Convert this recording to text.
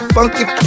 Funky